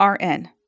RN